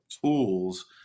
tools